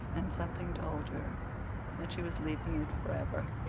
and something told her that she was leaving it forever,